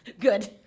Good